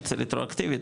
רטרואקטיבית,